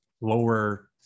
lower